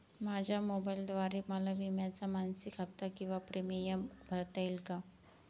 माझ्या मोबाईलद्वारे मला विम्याचा मासिक हफ्ता किंवा प्रीमियम भरता येईल का?